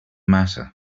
matter